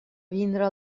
vindre